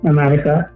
America